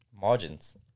margins